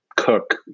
cook